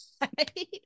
Right